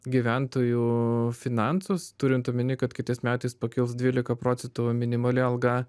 gyventojų finansus turint omeny kad kitais metais pakils dvylika procentų minimali alga